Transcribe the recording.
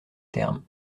terme